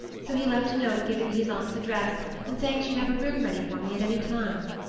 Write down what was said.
so he left a note giving me his aunt's address and saying she'd have a room ready for me at any time.